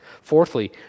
Fourthly